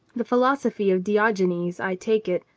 the philosophy of diogenes, i take it,